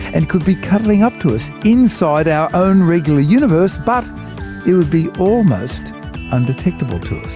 and could be cuddling up to us inside our own regular universe but it would be almost undetectable to us.